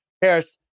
Paris